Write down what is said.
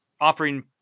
offering